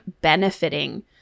benefiting